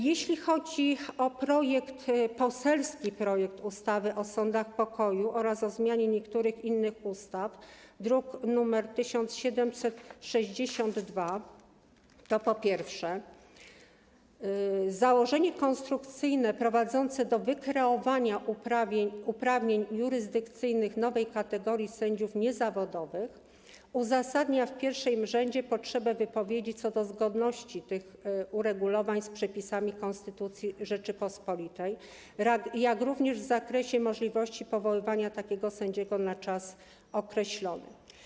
Jeśli chodzi o poselski projekt ustawy o sądach pokoju oraz o zmianie niektórych innych ustaw, druk nr 1762, to po pierwsze, założenie konstrukcyjne prowadzące do wykreowania uprawnień jurysdykcyjnych nowej kategorii sędziów niezawodowych uzasadnia w pierwszym rzędzie potrzebę wypowiedzi co do zgodności tych uregulowań z przepisami konstytucji Rzeczypospolitej, jak również w zakresie możliwości powoływania takiego sędziego na czas określony.